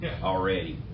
already